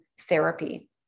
therapy